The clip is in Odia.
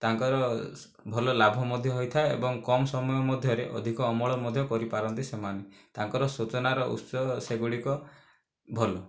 ତାଙ୍କର ଭଲ ଲାଭ ମଧ୍ୟ ହୋଇଥାଏ ଏବଂ କମ ସମୟ ମଧ୍ୟରେ ଅଧିକ ଅମଳ ମଧ୍ୟ କରିପାରନ୍ତି ସେମାନେ ତାଙ୍କ ସୂଚନାର ଉତ୍ସ ସେଗୁଡ଼ିକ ଭଲ